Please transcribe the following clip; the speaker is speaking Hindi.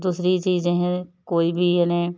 दूसरी चीज़ें हैं कोई भी यानी